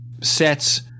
sets